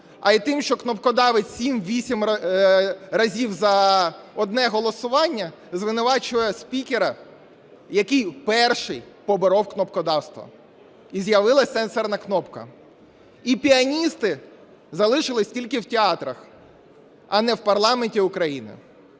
а й тим, що кнопкодавив 7-8 разів за одне голосування, звинувачує спікера, який перший поборов кнопкодавство і з'явилась сенсорна кнопка. І піаністи залишились тільки в театрах, а не в парламенті України.